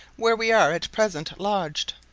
where we are at present lodged.